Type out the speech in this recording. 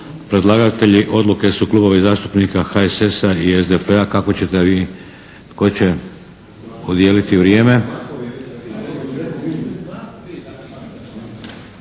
Predlagatelji Odluke su Klubovi zastupnika HSS-a i SDP-a. Kako ćete vi, tko će podijeliti vrijeme?